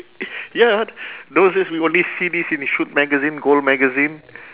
ya those is we only see this in shoot magazine goal magazine